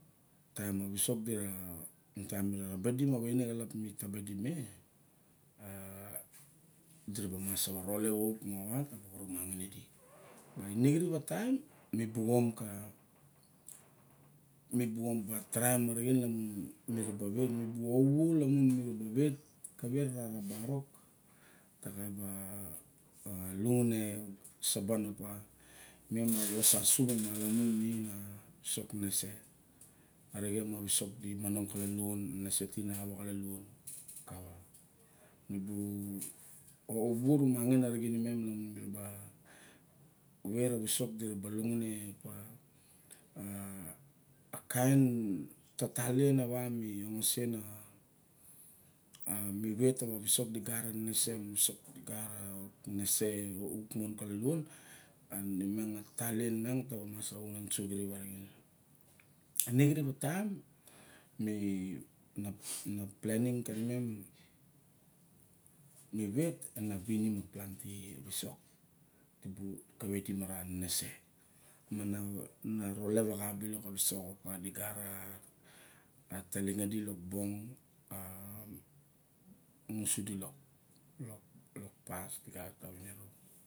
Taim a visok dira, taim mi ra ra di ma vaine xalap nu ta ba di ma a. Di ra ba mas a ralep auk moxa ta ba oromaxin idi. I ne kirip a taim mi bu om ka, mi bu om ka traim arixixn lamun ri ra ba wet a ka wei ra, ra barok toxa ba luxune saban pa mem avos asu mi malamun minin a visok nenese, arixen ma visok di manong ka ka luluon, nese ti na awa ka luluon minim a visok nenese, arixen ma visok di manong ka luluon, nese ti na awa ka luluon. Mi bu ouvo rumangin imem lamun mi ra ba wet ta wa wisok di ra luxune pa a kain tata lien awa mi oxusen a amu wet ta wa visok di gat a nenese mu ga waga o nenese auk mon ka luluon, a ni miang a tatalien miang ta mas vasu xirip arixen. Nexirip a taim mi- na, na plenning kani mem, mi wet na winim aplanti, visok, di lou, kawei di mara nenese. Mana na rolep a xa bilok a visok a pa di gat a, a talinge di lokbong a xusa di lok lok pas di kaat lau wa vaniro.